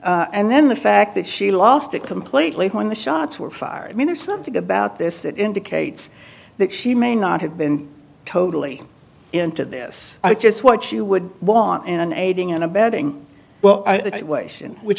and then the fact that she lost it completely when the shots were fired i mean there's something about this that indicates that she may not have been totally into this i guess what you would want an aiding and abetting well which